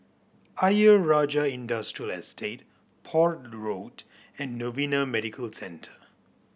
Ayer Rajah Industrial Estate Port Road and Novena Medical Centre